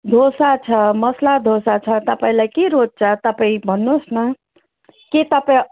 डोसा छ अनि त मसाला डोसा छ तपाईँलाई के रोज्छ तपाईँ भन्नुहोस् न के तपाईँ